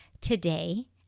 Today